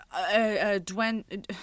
Dwayne